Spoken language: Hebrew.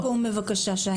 משפט סיכום, בבקשה, שי.